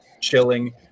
chilling